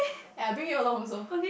ya I bring you along also